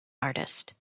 artist